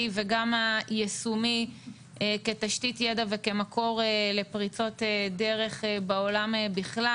וגם היישומי כתשתית ידע וכמקור לפריצות דרך בעולם בכלל.